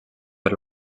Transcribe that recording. per